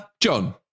John